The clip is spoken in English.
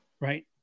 Right